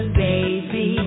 baby